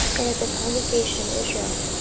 and of the congregation of israel,